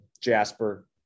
Jasper